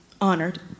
honored